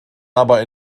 aber